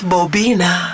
Bobina